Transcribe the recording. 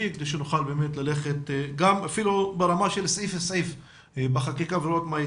כדי שנוכל לראות אפילו ברמה של סעיף סעיף מה יש